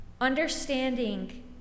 Understanding